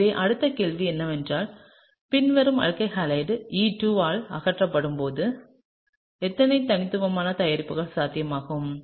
எனவே அடுத்த கேள்வி என்னவென்றால் பின்வரும் அல்கைல் ஹைலைடு E2 ஆல் அகற்றப்படும்போது எத்தனை தனித்துவமான தயாரிப்புகள் சாத்தியமாகும்